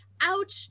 ouch